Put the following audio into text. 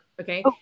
okay